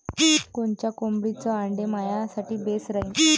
कोनच्या कोंबडीचं आंडे मायासाठी बेस राहीन?